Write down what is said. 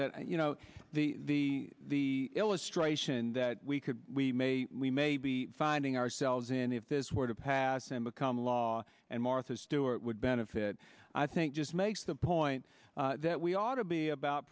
that you know the the illustration that we could we may we may be finding ourselves in if this were to pass and become law and martha stewart would benefit i think just makes the point that we ought to be about